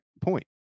point